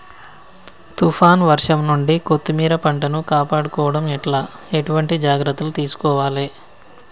తుఫాన్ వర్షం నుండి కొత్తిమీర పంటను కాపాడుకోవడం ఎట్ల ఎటువంటి జాగ్రత్తలు తీసుకోవాలే?